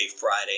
Friday